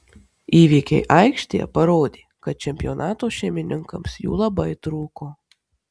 įvykiai aikštėje parodė kad čempionato šeimininkams jų labai trūko